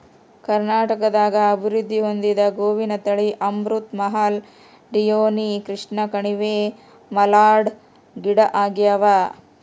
ಕರ್ನಾಟಕದಾಗ ಅಭಿವೃದ್ಧಿ ಹೊಂದಿದ ಗೋವಿನ ತಳಿ ಅಮೃತ್ ಮಹಲ್ ಡಿಯೋನಿ ಕೃಷ್ಣಕಣಿವೆ ಮಲ್ನಾಡ್ ಗಿಡ್ಡಆಗ್ಯಾವ